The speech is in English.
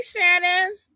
Shannon